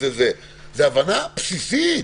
זאת הבנה בסיסית.